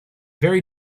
very